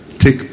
Take